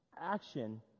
action